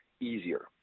easier